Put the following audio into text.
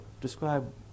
Describe